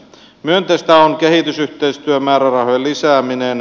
myönteistä on kehitysyhteistyömäärärahojen lisääminen